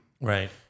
Right